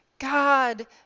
God